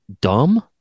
dumb